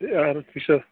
ہے اَہَنہٕ تہِ چھا